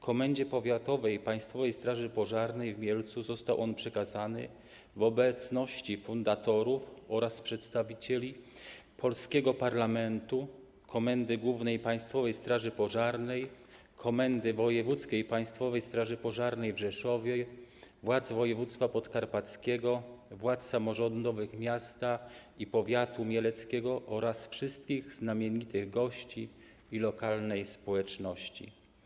Komendzie Powiatowej Państwowej Straży Pożarnej w Mielcu został on przekazany w obecności fundatorów oraz przedstawicieli polskiego parlamentu, Komendy Głównej Państwowej Straży Pożarnej, Komendy Wojewódzkiej Państwowej Straży Pożarnej w Rzeszowie, władz województwa podkarpackiego, władz samorządowych miasta i powiatu mieleckiego oraz wszystkich znamienitych gości i lokalnej społeczności.